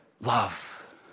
Love